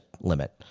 limit